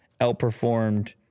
outperformed